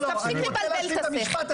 אז תפסיק לבלבל את השכל.